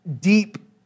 deep